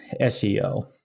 SEO